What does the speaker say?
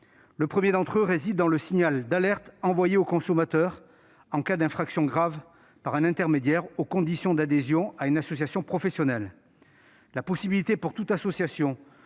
Le premier d'entre eux réside dans le signal d'alerte envoyé au consommateur en cas d'infraction grave, par un intermédiaire, aux conditions d'adhésion à une association professionnelle. La possibilité pour toute association